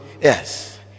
Yes